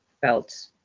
felt